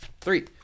Three